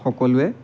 সকলোৱে